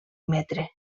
metre